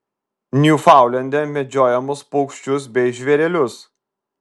niufaundlende medžiojamus paukščius bei žvėrelius